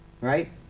right